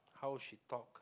how she talked